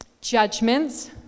judgments